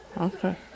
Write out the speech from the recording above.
Okay